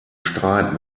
streit